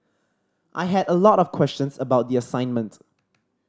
I had a lot of questions about the assignment